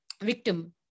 victim